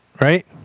right